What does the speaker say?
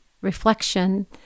reflection